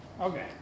Okay